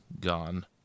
gone